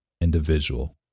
individual